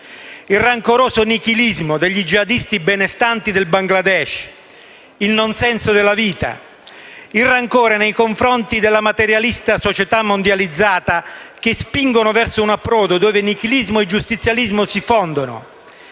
il rancoroso nichilismo degli jihadisti benestanti del Bangladesh, il non senso della vita, il rancore nei confronti della materialista società mondializzata, che spingono verso un approdo dove nichilismo e giustizialismo si fondono: